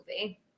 movie